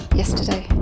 yesterday